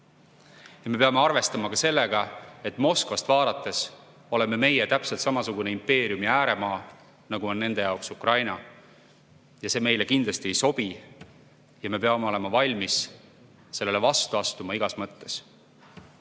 Me peame arvestama ka sellega, et Moskvast vaadates oleme meie täpselt samasugune impeeriumi ääremaa, nagu on nende jaoks Ukraina. See meile kindlasti ei sobi ja me peame olema valmis sellele vastu astuma igas mõttes. Täna